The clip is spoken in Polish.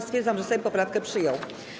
Stwierdzam, że Sejm poprawkę przyjął.